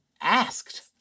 asked